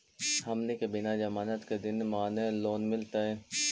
हमनी के बिना जमानत के ऋण माने लोन मिलतई?